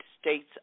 States